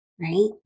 Right